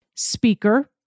speaker